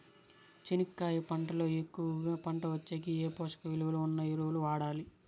చెనక్కాయ పంట లో ఎక్కువగా పంట వచ్చేకి ఏ పోషక విలువలు ఉన్న ఎరువులు వాడాలి?